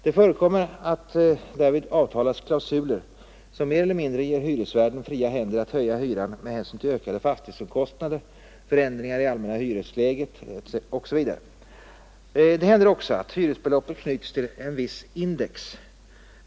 Det förekommer att därvid avtalas klausuler som mer eller mindre ger hyresvärden fria händer att höja hyran med hänsyn till ökade fastighetsomkostnader, förändringar i allmänna hyresläget etc. Vidare händer det att hyresbeloppet knyts till en viss index.